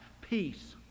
peace